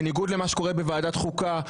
בניגוד למה שקורה בוועדת החוקה,